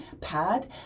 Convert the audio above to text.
pad